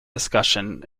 discussion